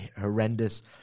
horrendous